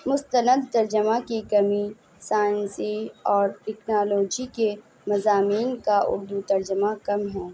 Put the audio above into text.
مستند ترجمہ کی کمی سائنسی اور ٹیکنالوجی کے مضامین کا اردو ترجمہ کم ہے